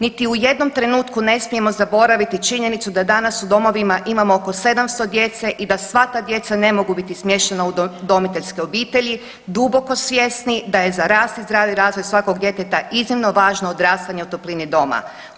Niti u jednom trenutku ne smijemo zaboraviti činjenicu da danas u domovima imamo oko 700 djeca i da sva ta djeca ne mogu biti smještena u udomiteljske obitelji, duboko svjesni da je za rast i zdravi razvoj svakog djeteta iznimno važno odrastanje u toplini doma.